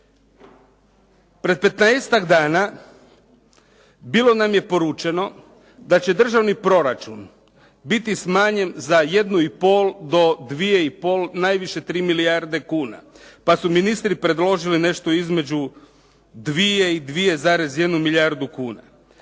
Pred petnaestak dana bilo nam je poručeno da će državni proračun biti smanjen za 1,5 do 2,5 najviše 3 milijarde kuna, pa su ministri predložili nešto između 2 i 2,1 milijardu kuna.